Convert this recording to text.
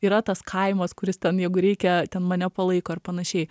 yra tas kaimas kuris ten jeigu reikia ten mane palaiko ir panašiai